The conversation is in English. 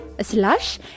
slash